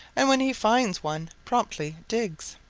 and when he finds one promptly digs.